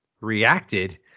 reacted